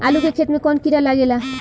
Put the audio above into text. आलू के खेत मे कौन किड़ा लागे ला?